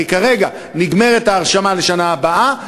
כי כרגע נגמרת ההרשמה לשנה הבאה,